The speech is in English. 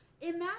imagine